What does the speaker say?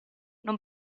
non